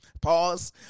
Pause